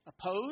oppose